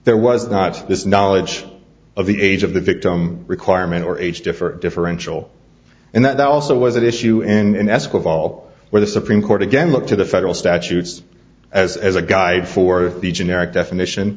there was not this knowledge of the age of the victim requirement or age difference differential and that also was an issue in escrow fall where the supreme court again looked to the federal statutes as as a guide for the generic definition